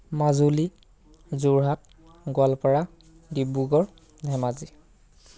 Majuli Jorhat Goalpara Dibrugarh Dhemaji